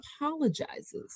apologizes